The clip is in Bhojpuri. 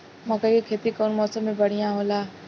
मकई के खेती कउन मौसम में बढ़िया होला?